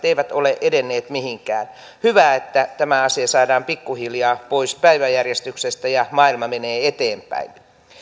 eivät ole edenneet mihinkään hyvä että tämä asia saadaan pikkuhiljaa pois päiväjärjestyksestä ja maailma menee eteenpäin